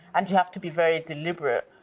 and you have to be very deliberate.